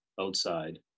outside